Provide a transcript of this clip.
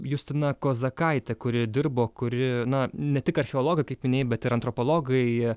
justina kozakaitė kuri dirbo kuri na ne tik archeologai kaip minėjai bet ir antropologai